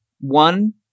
One